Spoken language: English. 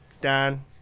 Dan